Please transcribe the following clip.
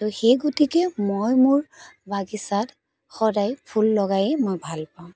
ত' সেই গতিকে মই মোৰ বাগিচাত সাদায় ফুল লগায়েই মই ভাল পাওঁ